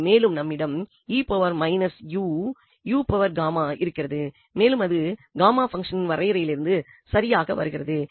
மேலும் நம்மிடம் இருக்கிறது மற்றும் அது காமா பங்சனின் வரையறையிலிருந்து சரியாக வருகிறது